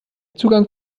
zugang